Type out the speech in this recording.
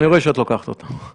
אני רואה שאת לוקחת אותן.